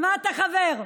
שמעת, חבר?